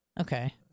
Okay